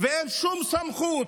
ואין שום סמכות